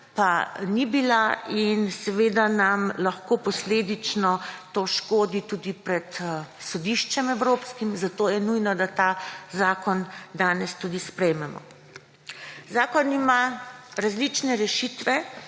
pa ni bila in seveda nam lahko posledično to škodi tudi pred sodiščem evropskim, zato je nujno, da ta zakon danes tudi sprejmemo. Zakon ima različne rešitve,